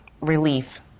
relief